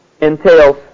entails